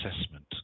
assessment